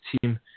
team